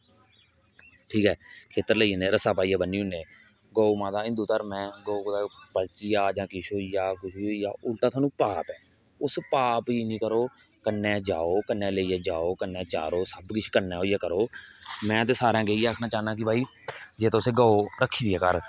ठीक ऐ खेतर लेई जने रस्सा पाइयै बनी ओड़ने गौ माता हिदू घर्म ऐ गौ माता पलची जा जां किश बी होई जा ओह् उलटा सानू पाप ऐ उस पाप गी इयां करो कन्ने जाओ कन्ने लेइयै जाओ कन्ने चारो सब किश कन्ने होइयै करो में ते सारे अग्गे इयै आक्खना चाहना कि भाई जेकर तुसे गौ रक्खी दी ऐ घर